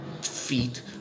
feet